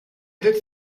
did